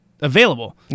available